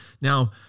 Now